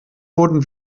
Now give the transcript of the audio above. wurden